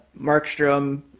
Markstrom